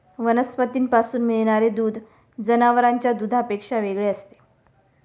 वनस्पतींपासून मिळणारे दूध जनावरांच्या दुधापेक्षा वेगळे असते